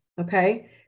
okay